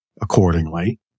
accordingly